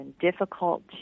difficult